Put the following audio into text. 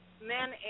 men